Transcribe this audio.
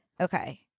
Okay